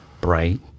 bright